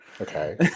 Okay